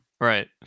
right